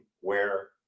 where-